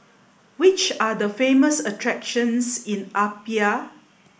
which are the famous attractions in Apia